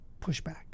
pushback